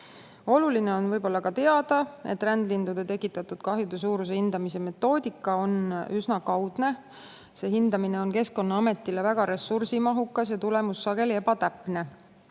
Oluline on ka teada, et rändlindude tekitatud kahjude suuruse hindamise metoodika on üsna kaudne. See hindamine on Keskkonnaametile väga ressursimahukas ja tulemus sageli ebatäpne.